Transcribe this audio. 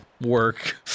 work